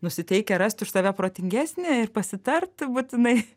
nusiteikę rast už save protingesnį ir pasitart būtinai